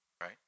right